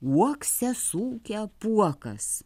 uokse suūkė apuokas